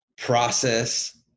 process